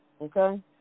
Okay